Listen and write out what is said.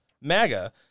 MAGA